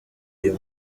uyu